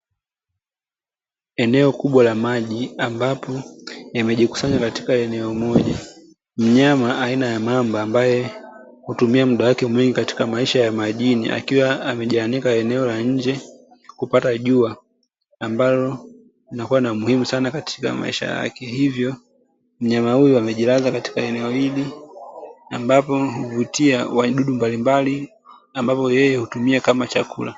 Eneo kubwa la maji ambapo yamejikusanya katika eneo moja. Mnyama aina ya mamba ambaye hutumia muda wake mwingi katika maisha ya majini, akiwa amejianika eneo la nje kupata jua, ambalo linakuwa na muhimu sana katika maisha yake. Hivyo mnyama huyu amejilaza katika eneo hili ambapo huvutia wadudu mbalimbali ambao yeye hutumia kama chakula.